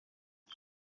iri